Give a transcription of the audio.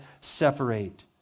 separate